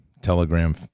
Telegram